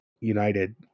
united